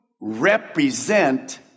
represent